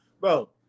bro